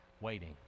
waiting